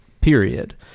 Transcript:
period